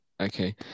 Okay